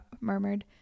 murmured